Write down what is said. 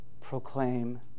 proclaim